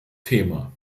thema